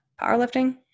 powerlifting